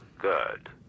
Good